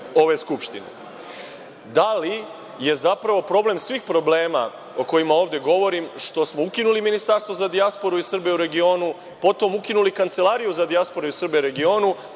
ove Skupštine? Da li je zapravo problem svih problema o kojima ovde govorimo, što smo ukinuli Ministarstvo za dijasporu i Srbe u regionu, potom ukinuli Kancelariju za dijasporu i Srbe u regionu,